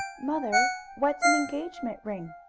mother, what's an engagement ring?